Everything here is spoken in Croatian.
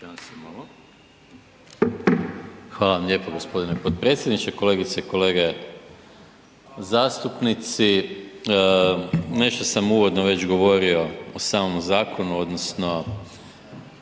hvala vam lijepa gospodine potpredsjedniče. Kolegice i kolege zastupnici, nešto sam uvodno već govorio osamom zakonu odnosno